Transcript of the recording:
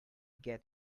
get